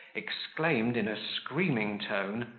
exclaimed, in a screaming tone,